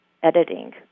Editing